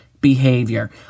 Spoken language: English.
behavior